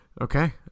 Okay